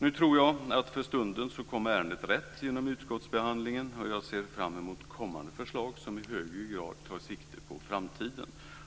Nu tror jag att ärendet för stunden kom rätt genom utskottsbehandlingen, och jag ser fram emot kommande förslag som i högre grad tar sikte på framtiden.